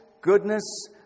goodness